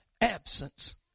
absence